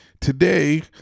Today